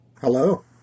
Hello